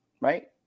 right